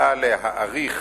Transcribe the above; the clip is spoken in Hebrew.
באה להאריך